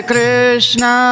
Krishna